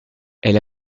elle